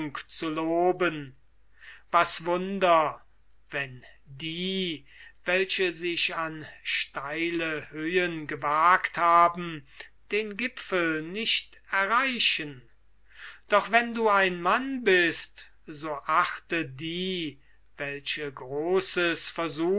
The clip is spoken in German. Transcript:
loben was wunder wenn die welche sich an steile höhen gewagt haben den gipfel nicht erreichen doch wenn du ein mann bist so achte die welche großes